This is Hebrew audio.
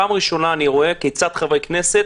בפעם הראשונה אני רואה כיצד חברי כנסת